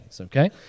okay